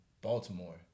Baltimore